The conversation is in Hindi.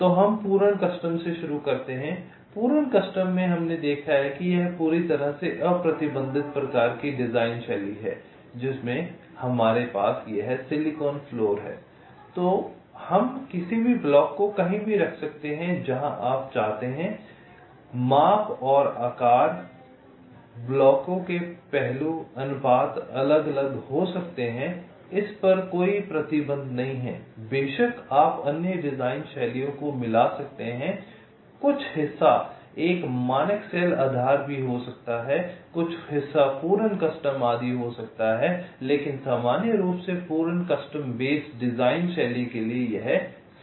तो हम पूर्ण रीति से शुरू करते हैं अब पूर्ण रीति रिवाज में हमने देखा है कि यह पूरी तरह से अप्रतिबंधित प्रकार की डिज़ाइन शैली है जिसमें हमारे पास यह सिलिकॉन फ़्लोर है और हम किसी भी ब्लॉक को कहीं भी रख सकते हैं जहाँ आप चाहते हैं और आकार ब्लॉकों के पहलू अनुपात अलग अलग हो सकते हैं इस पर कोई प्रतिबंध नहीं है बेशक आप अन्य डिजाइन शैलियों को मिला सकते हैं कुछ हिस्सा एक मानक सेल आधार भी हो सकता है कुछ हिस्सा पूर्ण कस्टम आदि हो सकता है लेकिन सामान्य रूप से पूर्ण कस्टम बेस डिजाइन शैली के लिए यह सच है